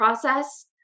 process